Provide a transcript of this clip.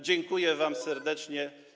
Dziękuję wam serdecznie.